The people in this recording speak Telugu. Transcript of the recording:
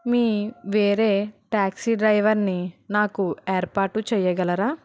మీ వేరే టాక్సీ డ్రైవర్ని నాకు ఏర్పాటు చేయగలరా